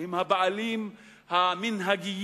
שהם הבעלים המנהגיים,